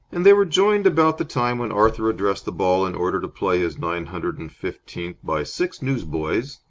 and they were joined about the time when arthur addressed the ball in order to play his nine hundred and fifteenth by six news-boys,